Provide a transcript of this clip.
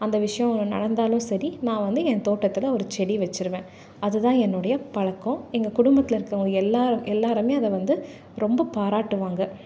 அந்த விஷயம் நடந்தாலும் சரி நான் வந்து என் தோட்டத்தில் ஒரு செடி வெச்சுருவேன் அதுதான் என்னுடைய பழக்கம் எங்கள் குடும்பத்தில் இருக்கிறவங்க எல்லாேர் எல்லாேருமே அதை வந்து ரொம்ப பாராட்டுவாங்க